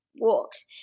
walked